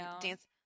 dance